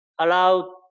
allow